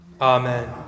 Amen